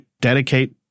dedicate